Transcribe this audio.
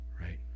right